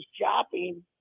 shopping